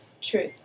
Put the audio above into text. Truth